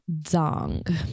Zong